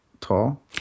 tall